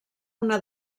una